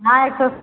हाँ एक सौ